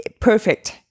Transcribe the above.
perfect